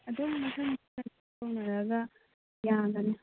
ꯑꯗꯨꯝ ꯃꯊꯪ ꯃꯊꯪ ꯇꯧꯅꯔꯒ ꯌꯥꯒꯅꯤ